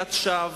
תפילת שווא,